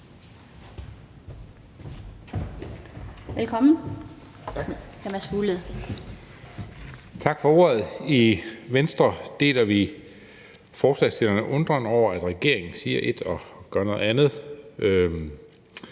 Fuglede (V): Tak for ordet. I Venstre deler vi forslagsstillernes undren over, at regeringen siger et og gør noget andet.